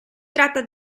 tratta